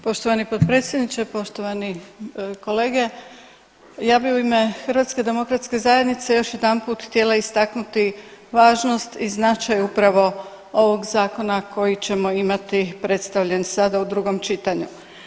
Poštovani potpredsjedniče, poštovani kolege, ja bi u ime HDZ-a još jedanput htjela istaknuti važnost i značaj upravo ovog zakona koji ćemo imati predstavljen sada u drugom čitanju.